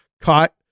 caught